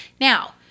Now